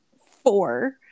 four